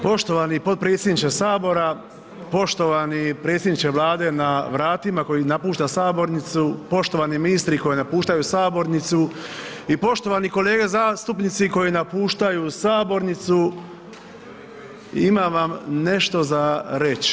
Poštovani potpredsjedniče Sabora, poštovani predsjedniče Vlade na vratima, koji napušta sabornicu, poštovani ministri koji napuštaju sabornicu i poštovani kolege zastupnici koji napuštaju sabornicu, imam vam nešto za reći.